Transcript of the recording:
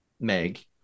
Meg